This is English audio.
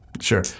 Sure